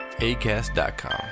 ACAST.com